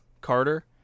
carter